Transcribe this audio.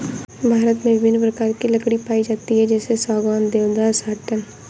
भारत में विभिन्न प्रकार की लकड़ी पाई जाती है जैसे सागौन, देवदार, साटन